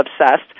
obsessed